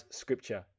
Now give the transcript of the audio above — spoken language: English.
scripture